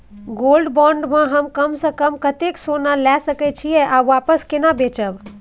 Gold bond म हम कम स कम कत्ते सोना ल सके छिए आ वापस केना बेचब?